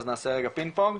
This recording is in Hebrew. אז נעשה רגע פינג פונג.